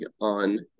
on